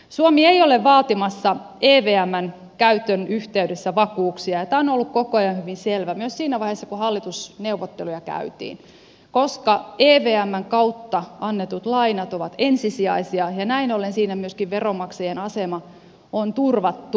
suomi ei ole vaatimassa evmn käytön yhteydessä vakuuksia ja tämä on ollut koko ajan hyvin selvä myös siinä vaiheessa kun hallitusneuvotteluja käytiin koska evmn kautta annetut lainat ovat ensisijaisia ja näin ollen siinä myöskin veronmaksajien asema on turvattu